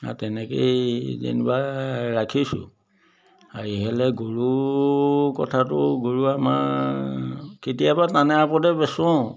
আৰু তেনেকৈয়ে যেনিবা ৰাখিছোঁ আৰু এইহেলে গৰু কথাটো গৰু আমাৰ কেতিয়াবা বেচোঁ